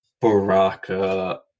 Baraka